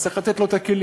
אז צריך לתת לו את הכלים.